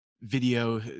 video